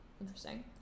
Interesting